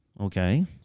Okay